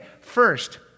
first